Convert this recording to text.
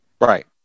right